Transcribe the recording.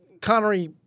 Connery